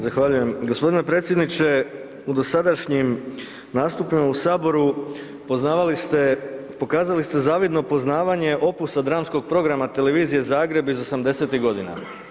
Zahvaljujem. g. Predsjedniče, u dosadašnjim nastupima u saboru poznavali ste, pokazali ste zavidno poznavanje opusa dramskog programa televizije Zagreb iz 80.-tih godina.